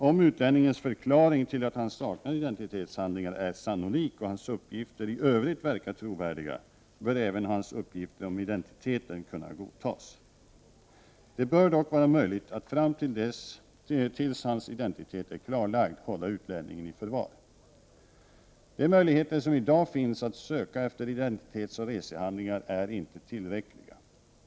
Om utlänningens förklaring till att han saknar identitetshandlingar är sannolik och hans uppgifter i övrigt verkar trovärdiga, bör även hans uppgifter om identiteten kunna godtas. Det bör dock vara möjligt att fram tills hans identitet är klarlagd hålla utlänningen i förvar. De möjligheter som i dag finns att söka efter identitetsoch resehandlingar är inte tillräckliga.